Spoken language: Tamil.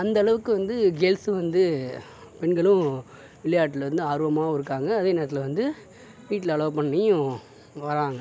அந்தளவுக்கு வந்து கேல்ஸும் வந்து பெண்களும் விளையாட்டில் வந்து ஆர்வமாகவும் இருக்காங்க அதே நேரத்தில் வந்து வீட்டில் அலோ பண்ணியும் வராங்க